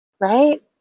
Right